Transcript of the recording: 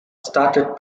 started